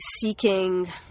seeking